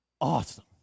awesome